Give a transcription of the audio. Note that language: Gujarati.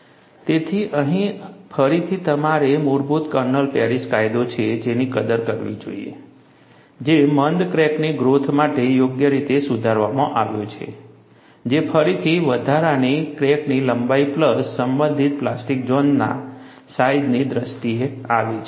તેથી અહીં ફરીથી તમારે મૂળભૂત કર્નલ પેરિસ કાયદો છે જેની કદર કરવી જોઈએ જે મંદ ક્રેકની ગ્રોથ માટે યોગ્ય રીતે સુધારવામાં આવ્યો છે જે ફરીથી વધારાની ક્રેકની લંબાઈ પ્લસ સંબંધિત પ્લાસ્ટિક ઝોનના સાઈજની દ્રષ્ટિએ આવે છે